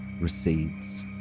recedes